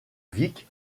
vic